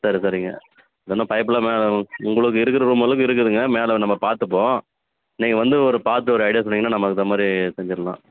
சரி சரிங்க அது ஒன்று பையிப்புலாம் மேலே உங்களுக்கு இருக்கிற ரூம் அளவுக்கு இருக்குதுங்க மேலே நம்ம பார்த்துப்போம் நீங்கள் வந்து ஒரு பார்த்து ஒரு ஐடியா சொன்னிங்கன்னா நம்ம அதுக்கு தகுந்தா மாதிரி செஞ்சிடலாம்